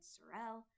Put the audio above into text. Sorel